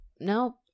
no